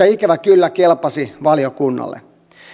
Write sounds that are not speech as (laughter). (unintelligible) ikävä kyllä kelpasivat valiokunnalle